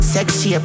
Sexy